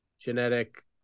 genetic